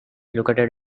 located